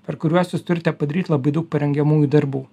per kuriuos jūs turite padaryt labai daug parengiamųjų darbų